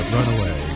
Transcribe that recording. Runaway